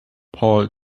paul